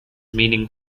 meaning